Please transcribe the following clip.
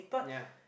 ya